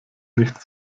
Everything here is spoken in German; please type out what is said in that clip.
nicht